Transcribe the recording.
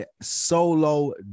solo